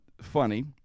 funny